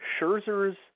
Scherzer's